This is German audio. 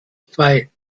zwei